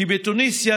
כי בתוניסיה,